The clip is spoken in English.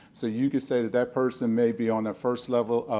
so you can say that that person may be on that first level,